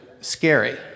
scary